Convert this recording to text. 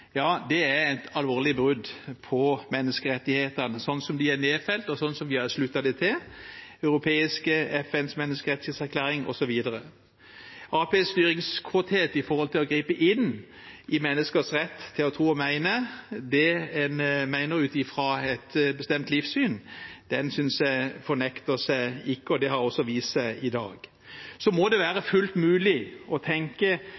er et alvorlig brudd på menneskerettighetene sånn som de er nedfelt, og sånn som de står i bl.a. FNs menneskerettighetserklæring. Arbeiderpartiets styringskåthet med tanke på å gripe inn i menneskers rett til å tro og mene det en mener ut fra et bestemt livssyn, synes jeg ikke fornekter seg, og det har også vist seg i dag. Så må det være fullt mulig å tenke